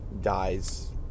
dies